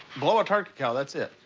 blow a turkey call, that's it.